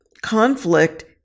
conflict